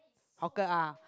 hawker ah